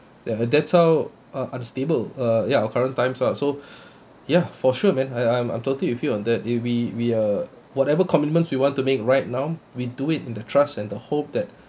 ya that's how uh unstable uh ya current times ah so ya for sure man I I'm totally with you on that and we we uh whatever commitments we want to make right now we do it in the trust and the hope that